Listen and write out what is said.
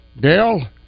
Dale